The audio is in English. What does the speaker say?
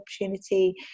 opportunity